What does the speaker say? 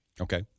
Okay